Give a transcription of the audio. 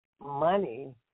money